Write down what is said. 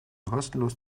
kostenlos